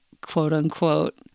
quote-unquote